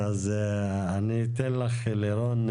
אני אתן לך, לירון,